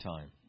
time